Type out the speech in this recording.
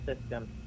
system